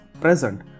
present